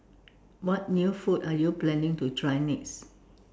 what new food are you planning to try next